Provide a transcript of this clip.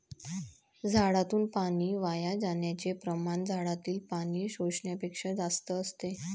झाडातून पाणी वाया जाण्याचे प्रमाण झाडातील पाणी शोषण्यापेक्षा जास्त असते